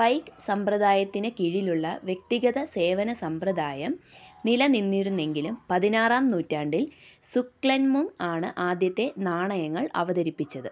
Pike സമ്പ്രദായത്തിന് കീഴിലുള്ള വ്യക്തിഗത സേവന സമ്പ്രദായം നിലനിന്നിരുന്നെങ്കിലും പതിനാറാം നൂറ്റാണ്ടിൽ സുക്ലെൻമുങ്ങ് ആണ് ആദ്യത്തെ നാണയങ്ങൾ അവതരിപ്പിച്ചത്